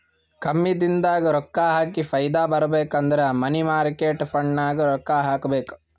ಕಮ್ಮಿ ದಿನದಾಗ ರೊಕ್ಕಾ ಹಾಕಿ ಫೈದಾ ಬರ್ಬೇಕು ಅಂದುರ್ ಮನಿ ಮಾರ್ಕೇಟ್ ಫಂಡ್ನಾಗ್ ರೊಕ್ಕಾ ಹಾಕಬೇಕ್